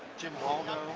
jim waldo